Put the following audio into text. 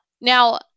Now